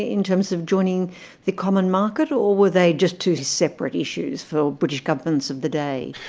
ah in terms of joining the common market, or where they just two separate issues for british governments of the day?